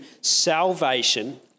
salvation